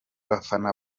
bafana